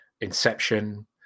Inception